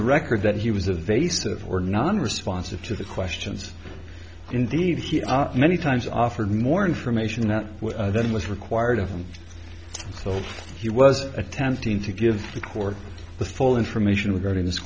the record that he was a vase of or non responsive to the questions indeed many times offered more information that then was required of him so he was attempting to give the court the full information regarding this